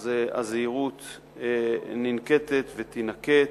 אז הזהירות ננקטת ותינקט,